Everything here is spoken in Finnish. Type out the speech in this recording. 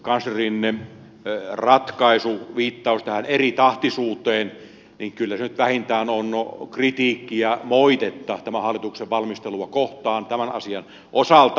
oikeuskanslerin ratkaisu viittaus tähän eritahtisuuteen on kyllä nyt vähintään kritiikkiä moitetta tämän hallituksen valmistelua kohtaan tämän asian osalta